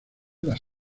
las